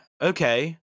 okay